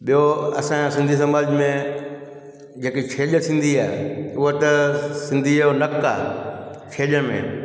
ॿियो असांजे सिंधी समाज में जेकी छेॼ थींदी आहे उहा त सिंधीअ जो नकु आहे छेॼ में